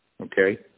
Okay